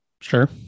Sure